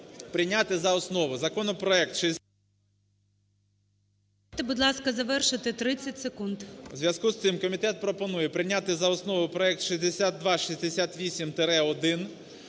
прийняти за основу законопроект 6268-1.